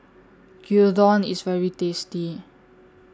Gyudon IS very tasty